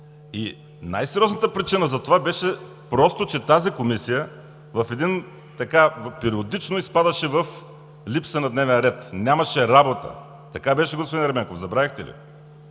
Най-сериозната причина за това беше просто, че тази Комисия периодично изпадаше в липса на дневен ред. Нямаше работа! Така беше, господин Ерменков. Забравихте ли?